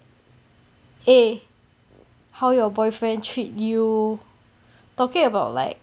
eh how your boyfriend treat you talking about like